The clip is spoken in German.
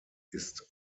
ist